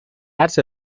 arts